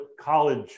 college